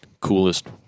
coolest